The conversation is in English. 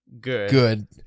good